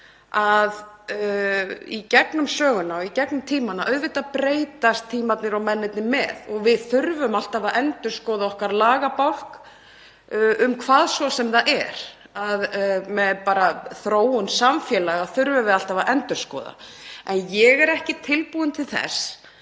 að í gegnum söguna, í gegnum tímann — auðvitað breytast tímarnir og mennirnir með og við þurfum alltaf að endurskoða lagabálka um hvað svo sem það er. Með þróun samfélaga þurfum við alltaf að endurskoða. En ég er ekki á því,